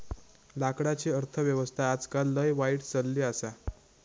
लाकडाची अर्थ व्यवस्था आजकाल लय वाईट चलली आसा